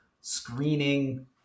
screening